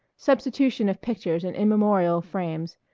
substitution of pictures in immemorial frames,